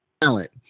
talent